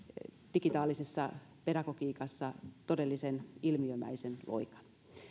digitaalisessa pedagogiikassa todellisen ilmiömäisen loikan